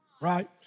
right